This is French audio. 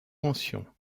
mentions